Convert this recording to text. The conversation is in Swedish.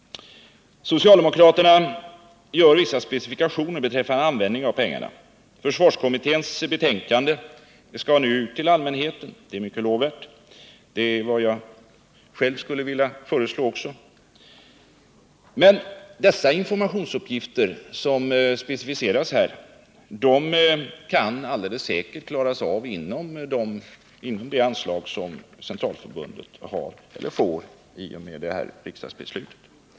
Socialdemokraterna gör vissa specifikationer beträffande användningen av pengarna. Försvarskommitténs betänkande skall nu ut till allmänheten — det är mycket lovvärt. Det är vad jag själv skulle vilja föreslå. Men de informationsuppgifter som specificeras här kan alldeles säkert klaras av inom det anslag som centralförbundet får i och med det här riksdagsbeslutet.